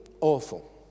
awful